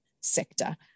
sector